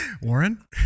Warren